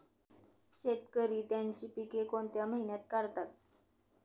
शेतकरी त्यांची पीके कोणत्या महिन्यात काढतात?